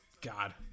God